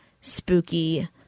spooky